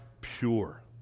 pure